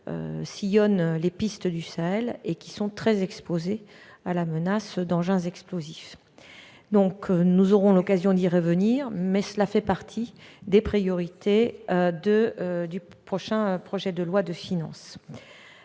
qui sillonnent les pistes du Sahel et qui sont très exposés à la menace d'engins explosifs. Nous aurons l'occasion d'y revenir, mais il s'agit là de l'une des priorités du prochain projet de loi de finances.